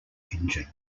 engine